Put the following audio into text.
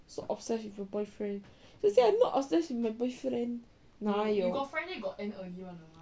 so obsessed with your boyfriend still say I'm not obsessed with my boyfriend 哪里有